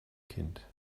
kind